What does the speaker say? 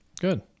good